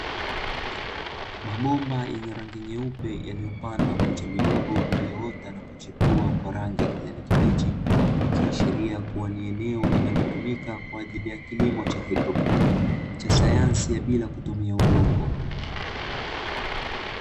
Mabomba yenye rangi nyeupe yaliyopandwa miche midogo iliyoota na kuchepua kwa rangi ya kijani kibichi, ikiashiria kuwa ni eneo linalotumika kwa ajili ya kilimo cha haidroponi cha sayansi ya bila kutumia udongo.